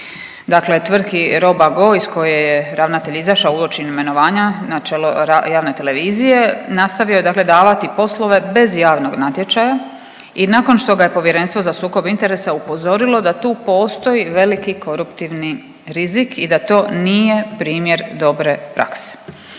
Dakle, tvrtki Robago iz koje je ravnatelj izašao u oči imenovanja na čelo javne televizije nastavio je dakle davati poslove bez javnog natječaja i nakon što ga je Povjerenstvo za sukob interesa upozorilo da tu postoji veliki koruptivni rizik i da to nije primjer dobre prakse.